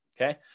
okay